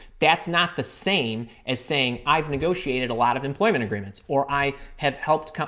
that's not the same as saying i've negotiated a lot of employment agreements, or i have helped helped